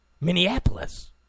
Minneapolis